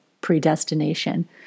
predestination